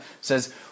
says